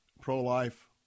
pro-life